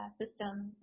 systems